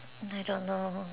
I don't know